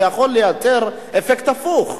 זה יכול לייצר אפקט הפוך.